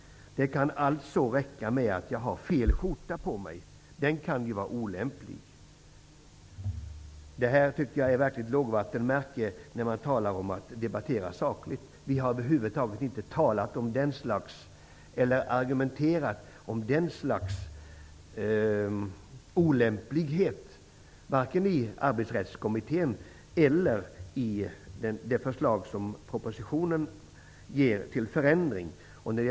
Det kan alltså räcka med att jag har fel skjorta på mig. Den kan ju vara olämplig. Detta är ett verkligt lågvattenmärke när man talar om att debattera sakligt. Vi har över huvud taget inte diskuterat den sortens olämplighet, vare sig i Arbetsrättskommittén eller när det gäller förslaget till förändringar i propositionen.